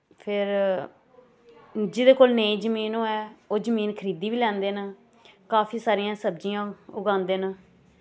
फिर जेह्दे कोल नेईं जमीन होऐ ओह् जमीन खरीदी बी लैंदे न काफी सारियां सब्जियां उगांदे न